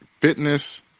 Fitness